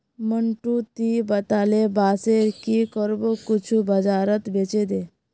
मंटू, ती अतेला बांसेर की करबो कुछू बाजारत बेछे दे